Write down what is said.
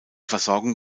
versorgung